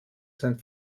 sein